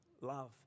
love